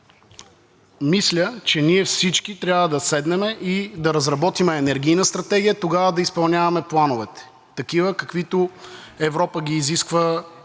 мисля, че ние всички трябва да седнем и да разработим енергийна стратегия и тогава да изпълняваме плановете такива, каквито Европа ги изисква